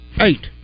Eight